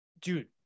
dude